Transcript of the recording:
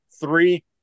three